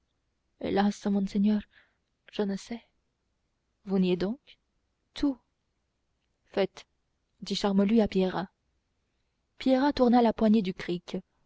hélas monseigneur je ne sais vous niez donc tout faites dit charmolue à pierrat pierrat tourna la poignée du cric